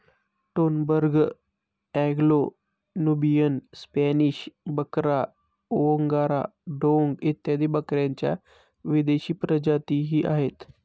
Toggenburg, Anglo Nubian, Spanish बकरा, angora डोंग इत्यादी बकऱ्यांच्या विदेशी प्रजातीही आहेत